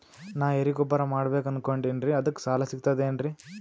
ನಾ ಎರಿಗೊಬ್ಬರ ಮಾಡಬೇಕು ಅನಕೊಂಡಿನ್ರಿ ಅದಕ ಸಾಲಾ ಸಿಗ್ತದೇನ್ರಿ?